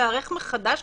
להיערך מחדש,